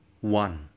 One